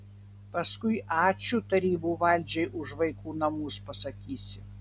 paskui ačiū tarybų valdžiai už vaikų namus pasakysi